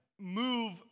move